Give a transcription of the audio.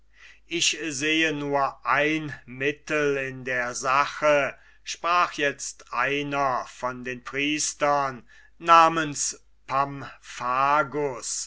ich sehe nur ein mittel in der sache sprach itzt einer von den priestern namens